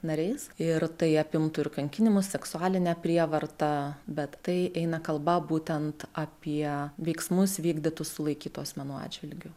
nariais ir tai apimtų ir kankinimus seksualinę prievartą bet tai eina kalba būtent apie veiksmus vykdytus sulaikytų asmenų atžvilgiu